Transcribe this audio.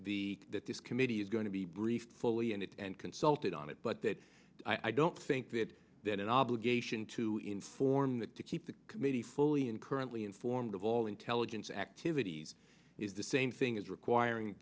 the that this committee is going to be briefed fully and consulted on it but that i don't think that that obligation to inform that to keep the committee fully in currently informed of all intelligence activities is the same thing as requiring